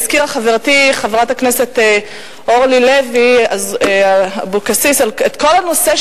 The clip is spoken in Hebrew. הזכירה חברתי חברת הכנסת אורלי לוי אבקסיס את כל הנושא,